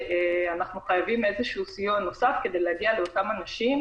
ואנחנו חייבים איזה שהוא סיוע נוסף כדי להגיע לאותם אנשים